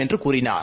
என்றுகூறினார்